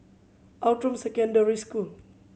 Outram Secondary School